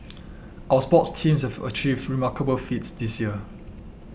our sports teams have achieved remarkable feats this year